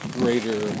greater